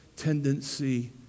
Tendency